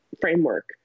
framework